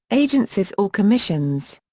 agencies or commissions.